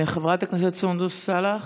חברת הכנסת סונדוס סאלח.